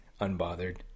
unbothered